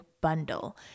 Bundle